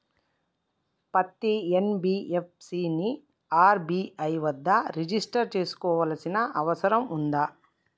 పత్తి ఎన్.బి.ఎఫ్.సి ని ఆర్.బి.ఐ వద్ద రిజిష్టర్ చేసుకోవాల్సిన అవసరం ఉందా?